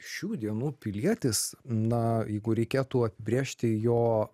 šių dienų pilietis na jeigu reikėtų apibrėžti jo